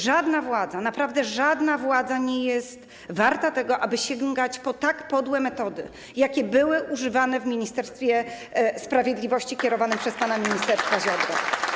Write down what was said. Żadna władza, naprawdę żadna władza nie jest warta tego, aby sięgać po tak podłe metody, jak te używane w Ministerstwie Sprawiedliwości kierowanym przez pana ministra Ziobrę.